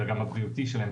אלא גם הבריאותי שלהם,